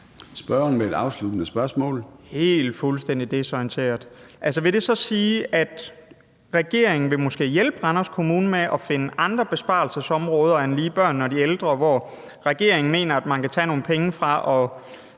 Spørgeren med et afsluttende spørgsmål. Kl. 13:29 Nick Zimmermann (DF): Helt, fuldstændig desorienteret. Vil det så sige, at regeringen måske vil hjælpe Randers Kommune med at finde andre besparelsesområder end lige børnene og de ældre, hvor regeringen mener man kan tage nogle penge og